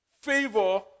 Favor